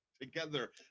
together